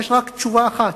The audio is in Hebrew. יש רק תשובה אחת: